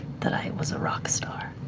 that i was a rock star.